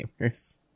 gamers